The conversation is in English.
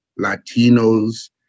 Latinos